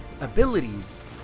abilities